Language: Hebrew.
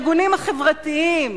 הארגונים החברתיים,